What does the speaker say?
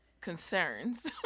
concerns